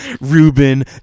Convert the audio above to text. Ruben